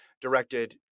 directed